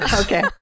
Okay